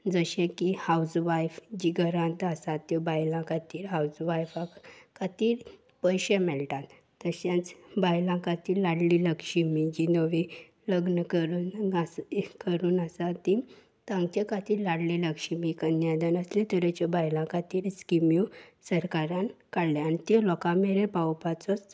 जशें की housewife जी घरांत आसा त्यो बायलां खातीर हावज वायफां खातीर पयशे मेळटात तशेंच बायलां खातीर लाडली लक्ष्मी जी नवी लग्न करून करून आसा ती तांचे खातीर लाडली लक्ष्मीक कन्यादान असले तरेच्यो बायलां खातीर स्किम्यो सरकारान काडल्या आनी त्यो लोकां मेरेन पावोवपाचोच